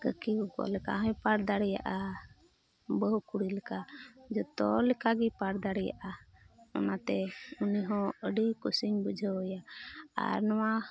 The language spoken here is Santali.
ᱠᱟᱹᱠᱤ ᱜᱚᱜᱚ ᱞᱮᱠᱟ ᱦᱚᱸᱭ ᱯᱟᱴ ᱫᱟᱲᱮᱭᱟᱜᱼᱟ ᱵᱟᱹᱦᱩ ᱠᱩᱲᱤ ᱞᱮᱠᱟ ᱡᱚᱛᱚ ᱞᱮᱠᱟ ᱜᱮ ᱯᱟᱴ ᱫᱟᱲᱮᱭᱟᱜᱼᱟ ᱚᱱᱟᱛᱮ ᱩᱱᱤ ᱦᱚᱸ ᱟᱹᱰᱤ ᱠᱩᱥᱤᱜ ᱵᱩᱡᱷᱟᱹᱣᱮᱭᱟ ᱟᱨ ᱱᱚᱣᱟ